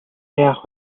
яах